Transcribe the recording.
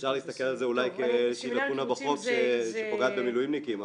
אפשר להסתכל על זה אולי כאיזושהי לאקונה בחוץ שפוגעת במילואימניקים,